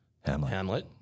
Hamlet